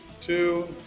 two